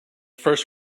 first